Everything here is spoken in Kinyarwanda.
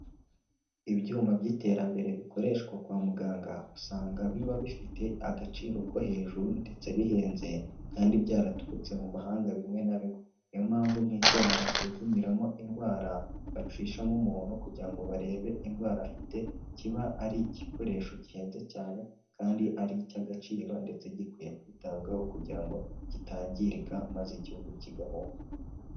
Ibyuma by'iterambere bikoreshwa kwa muganga usanga biba bifite agaciro ko hejuru ndetse bihenze kandi byaraturutse mu mahanga bimwe na bimwe, niyo mpamvu nk'icyuma basuzumiramo indwara bacishamo umuntu kugira ngo barebe indwara afite, kiba ari igikoresho gihenze cyane kandi ari icy'agaciro ndetse gikwiye kwitabwaho, kugira ngo kitangirika maze igihugu kigahomba.